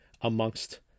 amongst